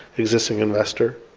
existing investor.